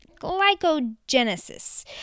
glycogenesis